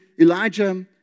Elijah